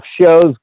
shows